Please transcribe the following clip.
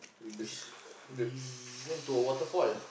we basic uh that's